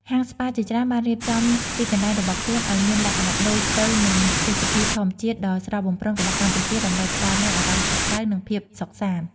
ហាងស្ប៉ាជាច្រើនបានរៀបចំទីកន្លែងរបស់ខ្លួនឲ្យមានលក្ខណៈដូចទៅនឹងទេសភាពធម្មជាតិដ៏ស្រស់បំព្រងរបស់កម្ពុជា ដើម្បីផ្តល់នូវអារម្មណ៍កក់ក្តៅ និងភាពសុខសាន្ត។